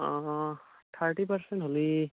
অ' thirty percent হ'লে